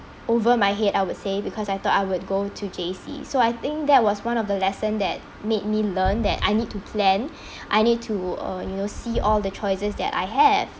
over my head I would say because I thought I would go to J_C so I think that was one of the lesson that made me learn that I need to plan I need to uh you know see all the choices that I have